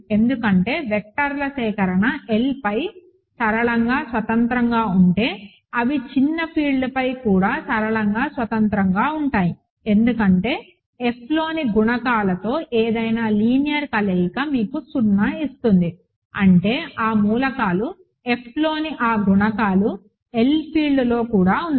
ఎందుకంటే వెక్టర్ల సేకరణ L పై సరళంగా స్వతంత్రంగా ఉంటే అవి చిన్న ఫీల్డ్పై కూడా సరళంగా స్వతంత్రంగా ఉంటాయి ఎందుకంటే Fలోని గుణకాలతో ఏదైనా లీనియర్ కలయిక మీకు 0 ఇస్తుంది అంటే ఆ మూలకాలు Fలోని ఆ గుణకాలు L ఫీల్డ్లో కూడా ఉన్నాయి